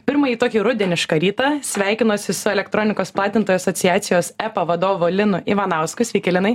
pirmąjį tokį rudenišką rytą sveikinuosi su elektronikos platintojų asociacijos epa vadovu linu ivanausku sveiki linai